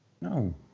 No